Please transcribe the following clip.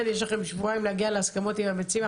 יש לכם שבועיים להגיע להסכמות עם המציעים.